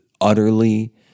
utterly